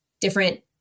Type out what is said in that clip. different